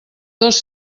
dos